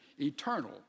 eternal